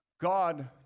God